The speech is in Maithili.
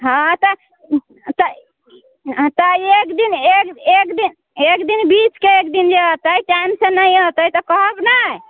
हँ तऽ तऽ हँ तऽ एक दिन एक एक दिन एक दिन बीचके एक दिन जे अयतै टाइमसँ नहि अयतै तऽ कहब नहि